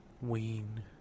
Ween